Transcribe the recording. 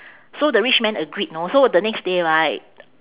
so the rich man agreed know so the next day right